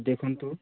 ଦେଖନ୍ତୁ